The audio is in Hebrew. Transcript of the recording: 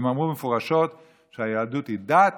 הם אמרו מפורשות שהיהדות היא דת